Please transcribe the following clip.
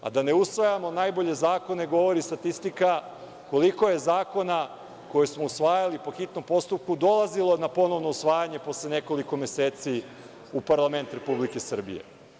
Da ne usvajamo najbolje zakone govori statistika koliko je zakona koje smo usvajali po hitnom postupku dolazilo na ponovno usvajanje posle nekoliko meseci u parlament Republike Srbije.